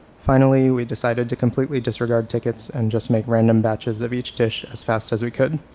finally we decided to completely disregard tickets and just make random batches of each dish as fast as we could.